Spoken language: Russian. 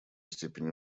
степени